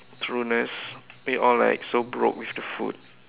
trueness they all like so broke with the food